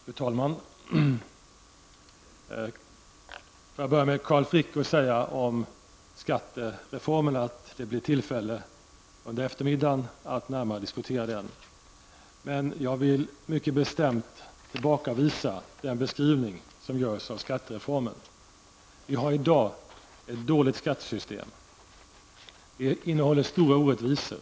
Fru talman! Får jag börja med att till Carl Frick säga att det under eftermiddagen blir tillfälle att närmare diskutera skattereformen. Men jag vill mycket bestämt tillbakavisa den beskrivning han gjorde av skattereformen. Vi har i dag ett dåligt skattesystem, som inte innehåller stora orättvisor.